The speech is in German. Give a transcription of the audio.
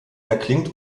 erklingt